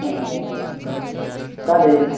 हां हां चालेल